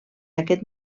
aquest